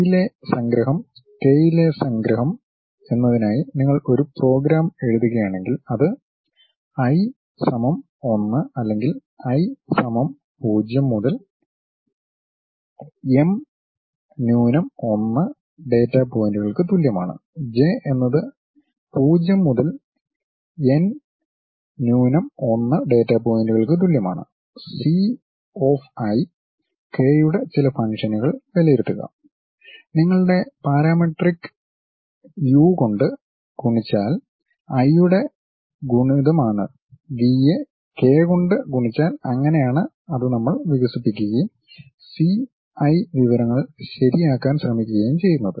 I ലെ സംഗ്രഹം K ലെ സംഗ്രഹം എന്നതിനായി നിങ്ങൾ ഒരു പ്രോഗ്രാം എഴുതുകയാണെങ്കിൽ അത് i 1 അല്ലെങ്കിൽ i 0 മുതൽ m 1 ഡാറ്റ പോയിന്റുകൾക്ക് തുല്യമാണ് j എന്നത് 0 മുതൽ n 1 ഡാറ്റാ പോയിന്റുകൾക്ക് തുല്യമാണ് c ഓഫ് i k യുടെ ചില ഫംഗ്ഷനുകൾ വിലയിരുത്തുക നിങ്ങളുടെ പാരാമെട്രിക് യു കൊണ്ട് ഗുണിച്ചാൽ i യുടെ ഗുണിതമാണ് v യെ k കൊണ്ട് ഗുണിച്ചാൽ അങ്ങനെ ആണ് അത് നമ്മൾ വികസിപ്പിക്കുകയും c i വിവരങ്ങൾ ശരിയാക്കാൻ ശ്രമിക്കുകയും ചെയ്യുന്നത്